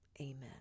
Amen